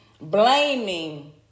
blaming